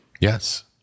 Yes